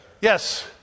Yes